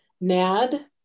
NAD